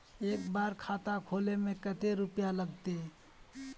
एक बार खाता खोले में कते रुपया लगते?